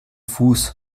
fuß